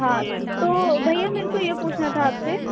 हाँ तो भैया मेरे को ये पूछना था आपसे